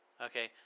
Okay